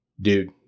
dude